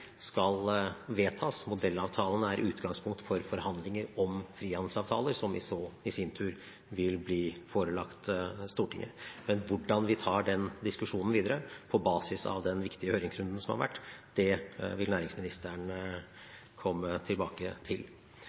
skal vedtas. Modellavtalene er utgangspunkt for forhandlinger om frihandelsavtaler, som så i sin tur vil bli forelagt Stortinget. Men hvordan vi tar den diskusjonen videre på basis av den viktige høringsrunden som har vært, vil næringsministeren komme tilbake til.